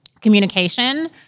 communication